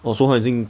oh so 他已经